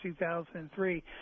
2003